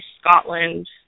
Scotland